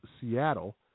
Seattle